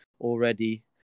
already